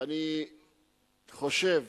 אני חושב